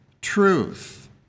truth